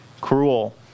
cruel